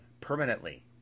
permanently